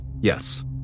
yes